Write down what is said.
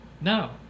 no